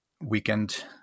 weekend